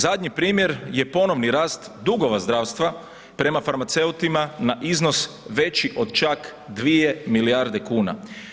Zadnji primjer je ponovni rast dugova zdravstva prema farmaceutima na iznos veći od čak dvije milijarde kune.